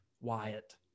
Wyatt